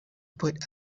put